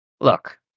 Look